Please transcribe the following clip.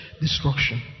Destruction